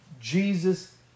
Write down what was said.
Jesus